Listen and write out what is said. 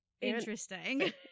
interesting